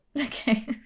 Okay